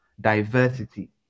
diversity